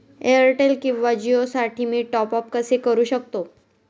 Airtel किंवा जिओसाठी मी टॉप ॲप कसे करु शकतो?